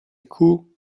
cou